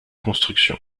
construction